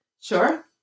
Sure